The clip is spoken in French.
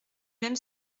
même